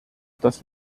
das